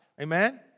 Amen